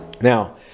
Now